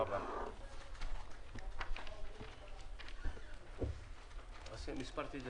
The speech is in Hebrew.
הישיבה ננעלה בשעה 10:00.